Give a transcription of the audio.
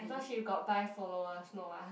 I thought she got buy followers no ah